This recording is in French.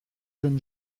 jeunes